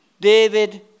David